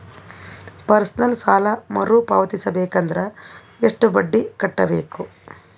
Personal ಸಾಲ ಮರು ಪಾವತಿಸಬೇಕಂದರ ಎಷ್ಟ ಬಡ್ಡಿ ಕಟ್ಟಬೇಕು?